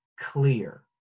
clear